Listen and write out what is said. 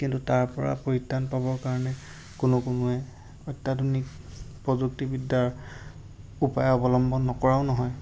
কিন্তু তাৰপৰা পৰিত্ৰাণ পাবৰ কাৰণে কোনো কোনোৱে অত্যাধুনিক প্ৰযুক্তিবিদ্যাৰ উপায় অৱলম্বন নকৰাও নহয়